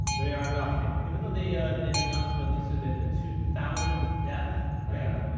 they are nothing. even though they then announced, what, yesterday the two thousandth death, right? yeah and